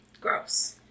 Gross